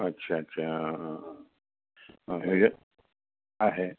আচ্ছা আচ্ছা অঁ অঁ অঁ সেয়া আহে